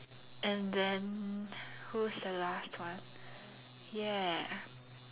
and then who's the last one ya